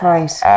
Right